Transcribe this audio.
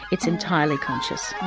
it's entirely conscious.